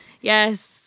Yes